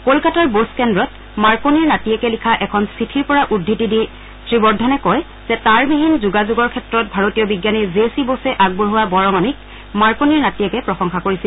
কলকাতাৰ বোস কেদ্ৰত মাৰ্কনিৰ নাতিয়েকে লিখা এখন চিঠিৰ পৰা উদ্ধতি দি শ্ৰীবৰ্ধনে কয় যে তাঁৰবিহীন যোগাযোগৰ ক্ষেত্ৰত ভাৰতীয় বিজ্ঞানী জে চি বসে আগবঢ়োৱা বৰঙণিক মাৰ্কনিৰ নাতিয়েকে প্ৰশংসা কৰিছিল